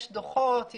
יש דוחות,